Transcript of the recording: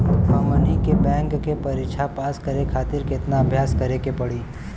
हमनी के बैंक के परीक्षा पास करे खातिर केतना अभ्यास करे के पड़ी?